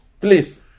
Please